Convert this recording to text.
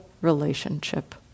relationship